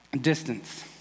distance